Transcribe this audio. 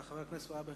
חבר הכנסת מגלי והבה,